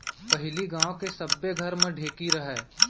पहिली गांव के सब्बे घर म ढेंकी रहय